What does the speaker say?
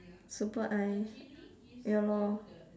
super eye ya lor